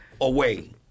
away